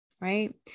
right